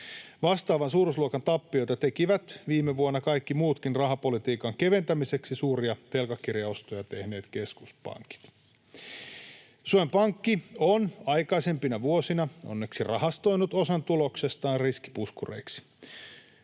Vastaavan suuruusluokan tappioita tekivät viime vuonna kaikki muutkin rahapolitiikan keventämiseksi suuria velkakirjaostoja tehneet keskuspankit. Suomen Pankki on aikaisempina vuosina onneksi rahastoinut osan tuloksestaan riskipuskureiksi.